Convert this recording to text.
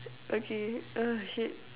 okay uh shit